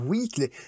Weekly